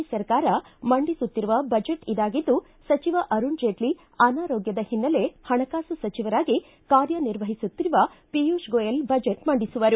A ಸರ್ಕಾರ ಮಂಡಿಸುತ್ತಿರುವ budget ಇದಾಗಿದ್ದು ಸಚಿವ ಅರುಣ ಜೇಟ್ಲ ಅನಾರೋಗ್ದದ ಹಿನ್ನೆಲೆ ಹಣಕಾಸು ಸಚಿವರಾಗಿ ಕಾರ್ಯ ನಿರ್ವಹಿಸುತ್ತಿರುವ ಪೀಯುಶ್ ಗೋಯಲ್ ಬಜೆಟ್ ಮಂಡಿಸುವರು